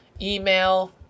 email